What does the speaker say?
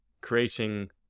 creating